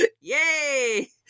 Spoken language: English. yay